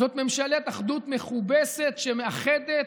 זאת ממשלת אחדות מכובסת שמאחדת